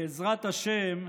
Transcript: בעזרת השם,